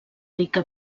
rica